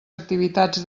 activitats